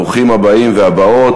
ברוכים הבאים והבאות.